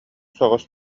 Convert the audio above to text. соҕус